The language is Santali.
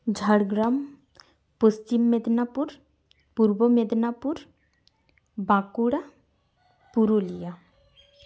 ᱡᱷᱟᱲᱜᱨᱟᱢ ᱯᱚᱪᱷᱤᱢ ᱢᱮᱫᱽᱱᱟᱯᱩᱨ ᱯᱩᱨᱵᱚ ᱢᱮᱫᱽᱱᱟᱯᱩᱨ ᱵᱟᱸᱠᱩᱲᱟ ᱯᱩᱨᱩᱞᱤᱭᱟᱹ